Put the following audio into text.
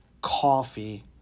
coffee